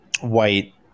white